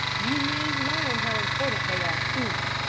you may learn how important they are soon,